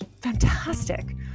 fantastic